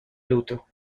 luto